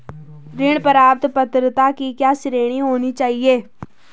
ऋण प्राप्त पात्रता की क्या श्रेणी होनी चाहिए?